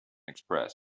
express